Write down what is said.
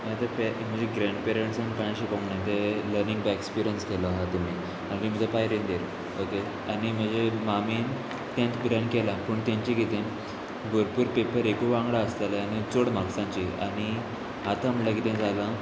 म्हजे ग्रॅणपेरसान कांय शिकोंक ना ते लनींग बाय एक्सपिरियन्स केलो आहा तुमी आनी म्हजे पाय रेंदेर ओके आनी म्हजे मामीन टेंथ पर्यंत केला पूण तेंचे कितें भरपूर पेपर एकूय वांगडा आसतले आनी चड मार्क्सांची आनी आतां म्हळ्यार कितें जालां